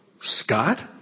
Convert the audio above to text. Scott